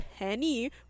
penny